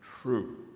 true